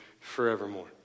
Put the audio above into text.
forevermore